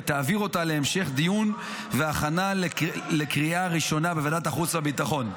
ותעביר אותה להמשך דיון והכנה לקריאה ראשונה בוועדת החוץ והביטחון.